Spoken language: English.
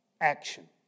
action